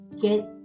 get